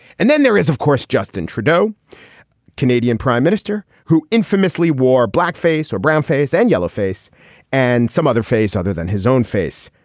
and then there is of course justin trudeau canadian prime minister who infamously wore blackface or brown face and yellow face and some other face other than his own face.